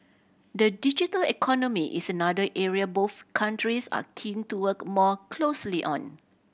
the digital economy is another area both countries are keen to work more closely on